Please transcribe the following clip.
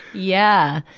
yeah.